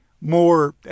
more